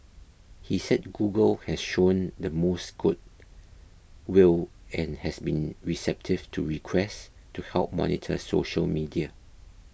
he said Google has shown the most good will and has been receptive to requests to help monitor social media